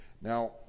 Now